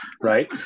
right